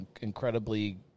incredibly